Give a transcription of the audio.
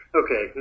okay